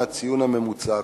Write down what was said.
מציון הממוצע הכולל.